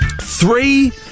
Three